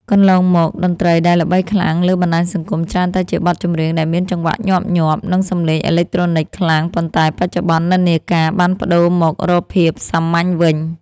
កន្លងមក តន្ត្រីដែលល្បីខ្លាំងលើបណ្តាញសង្គមច្រើនតែជាបទចម្រៀងដែលមានចង្វាក់ញាប់ៗ និងសំឡេងអេឡិចត្រូនិកខ្លាំង ប៉ុន្តែបច្ចុប្បន្ននិន្នាការបានប្តូរមករកភាពសាមញ្ញវិញ។